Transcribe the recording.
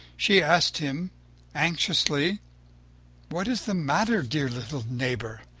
she asked him anxiously what is the matter, dear little neighbor?